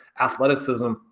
athleticism